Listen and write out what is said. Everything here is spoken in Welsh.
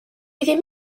ddim